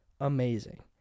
amazing